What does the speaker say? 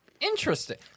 Interesting